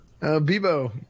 bebo